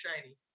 shiny